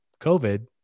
COVID